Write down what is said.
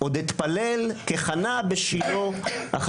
ועדות חינוך היו פה,